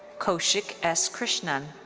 koushik s. krishnan.